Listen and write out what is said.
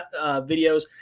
videos